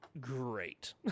great